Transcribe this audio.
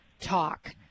talk